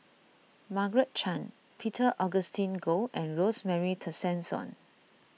Margaret Chan Peter Augustine Goh and Rosemary Tessensohn